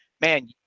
man